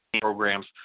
programs